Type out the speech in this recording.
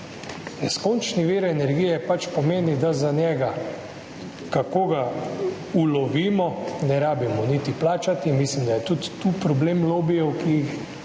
Neskončni vir energije pač pomeni, da za njega, kako ga ulovimo, ni treba niti plačati, mislim, da je tudi tu problem lobijev, ki jih